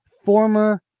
former